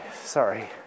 sorry